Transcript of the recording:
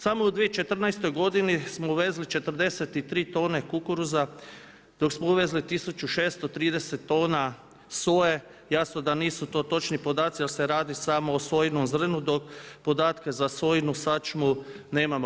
Samo u 2014. godini smo uvezli 43 tone kukuruza, dok smo uveli 1630 tona soje, jasno da nisu to točni podaci jer se radi samo o sojinom zrnu dok podatke za sojinu sačmu nemamo.